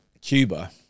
Cuba